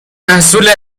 محصول